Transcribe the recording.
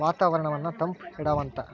ವಾತಾವರಣನ್ನ ತಂಪ ಇಡತಾವಂತ